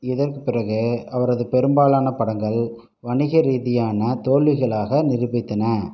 இதற்குப் பிறகு அவரது பெரும்பாலான படங்கள் வணிக ரீதியான தோல்விகளாக நிரூபித்தன